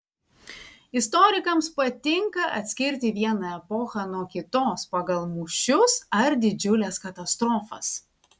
istorikams patinka atskirti vieną epochą nuo kitos pagal mūšius ar didžiules katastrofas